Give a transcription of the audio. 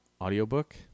audiobook